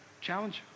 challenge